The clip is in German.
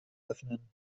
öffnen